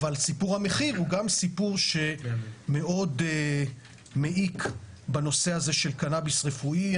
אבל סיפור המחיר הוא גם סיפור שמאוד מעיק בנושא הזה של קנאביס רפואי.